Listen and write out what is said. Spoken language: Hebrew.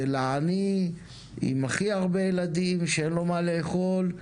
לעני עם הכי הרבה ילדים שאין לו מה לאכול,